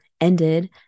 ended